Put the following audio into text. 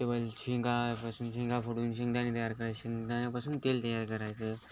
तेवालं शेंगापासून शेंगा फोडून शेंगदाणे तयार कराय शेंगदाण्यापासून तेल तयार करायचं